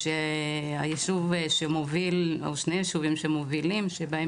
שהיישוב שמוביל או שני היישובים שמובילים שבהם